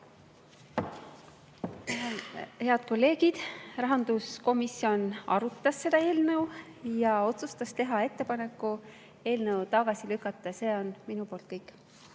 Head kolleegid! Rahanduskomisjon arutas seda eelnõu ja otsustas teha ettepaneku see tagasi lükata. See on minu poolt kõik.